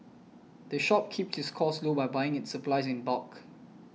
the shop keeps its costs low by buying its supplies in bulk